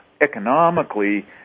economically